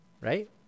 right